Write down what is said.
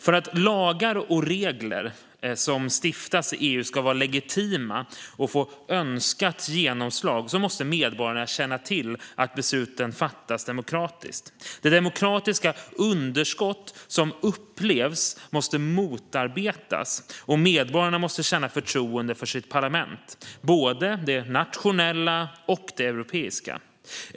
För att lagar och regler som stiftas i EU ska vara legitima och få önskat genomslag måste medborgarna känna till att besluten fattas demokratiskt. Det demokratiska underskott som upplevs måste motarbetas, och medborgarna måste känna förtroende för sina parlament, både de nationella och det europeiska.